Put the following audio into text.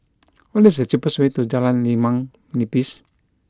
what is the cheapest way to Jalan Limau Nipis